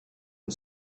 and